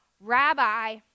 Rabbi